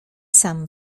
sam